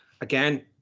Again